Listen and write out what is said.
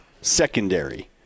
secondary